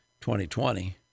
2020